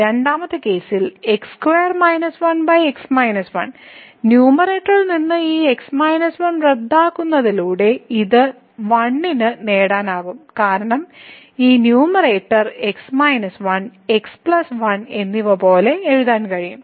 രണ്ടാമത്തെ കേസിൽ ന്യൂമറേറ്ററിൽ നിന്ന് ഈ x 1 റദ്ദാക്കുന്നതിലൂടെ ഇത് 1 ന് നേടാനാകും കാരണം ഈ ന്യൂമറേറ്ററിന് x 1 x 1 എന്നിവ പോലെ എഴുതാൻ കഴിയും